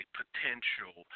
potential